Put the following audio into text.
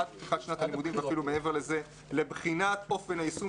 עד פתיחת שנת הלימודים ואפילו מעבר לכך לבחינת אופן היישום